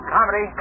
Comedy